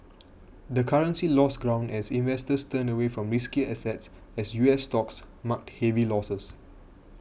the currency lost ground as investors turned away from riskier assets as US stocks marked heavy losses